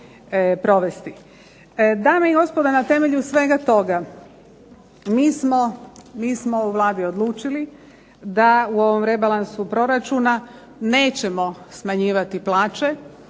Dame i gospodo, na temelju svega toga mi smo u Vladi odlučili da u ovom rebalansu proračuna nećemo smanjivati plaće,